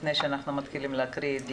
לפני שאנחנו מתחילים להקריא?